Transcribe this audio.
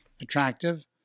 attractive